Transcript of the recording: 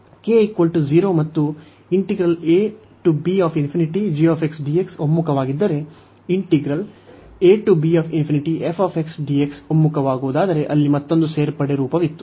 K 0 ಮತ್ತು ಒಮ್ಮುಖವಾಗಿದ್ದರೆ ಒಮ್ಮುಖವಾಗುವುದಾದರೆ ಅಲ್ಲಿ ಮತ್ತೊಂದು ಸೇರ್ಪಡೆ ರೂಪವಿತ್ತು